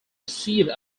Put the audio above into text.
received